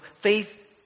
faith